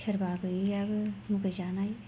सोरबा गैयैआबो मुगै जानाय